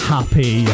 Happy